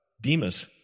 Demas